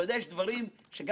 אני מציע לקרוא.